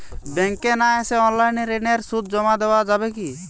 ব্যাংকে না এসে অনলাইনে ঋণের সুদ জমা দেওয়া যাবে কি?